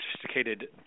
sophisticated